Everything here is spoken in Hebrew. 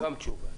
גם תשובה.